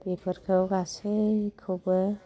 बेफोरखौ गासैखौबो